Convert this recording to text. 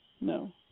No